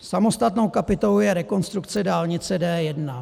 Samostatnou kapitolou je rekonstrukce dálnice D1.